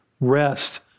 rest